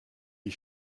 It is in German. die